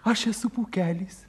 aš esu pūkelis